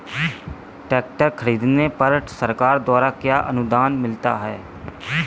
Tractor खरीदने पर सरकार द्वारा क्या अनुदान मिलता है?